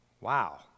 Wow